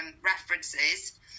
references